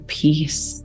peace